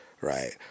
right